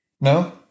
no